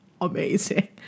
amazing